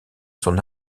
son